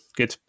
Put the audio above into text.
Good